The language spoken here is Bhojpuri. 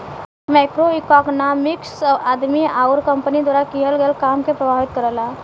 मैक्रोइकॉनॉमिक्स आदमी आउर कंपनी द्वारा किहल गयल काम के प्रभावित करला